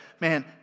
man